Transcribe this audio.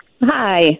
Hi